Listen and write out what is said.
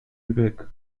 lübeck